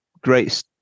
great